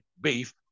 beef